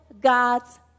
God's